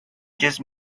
just